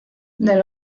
del